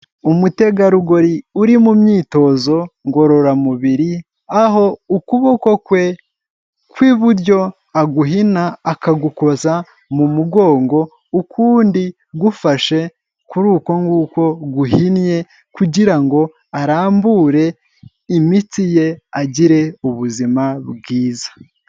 Umutegarugori uri mu myitozo ngororamubiri, aho ukuboko kwe kw'iburyo aguhina akagukoza mu mugongo, ukundi gufashe kuri uko nguko guhinnye, kugira ngo arambure imitsi ye agire ubuzima bwiza.